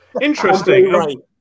Interesting